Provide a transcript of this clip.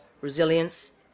resilience